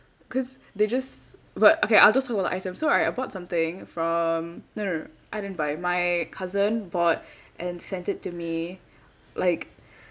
because they just but okay I'll just talk about the item so right I bought something from no no no I didn't buy my cousin bought and sent it to me like